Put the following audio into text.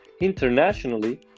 internationally